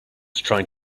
trying